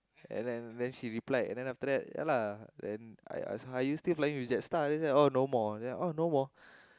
and then then she replied and then after that ya lah then are you still flying with JetStar ah no more oh no more